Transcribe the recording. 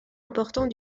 important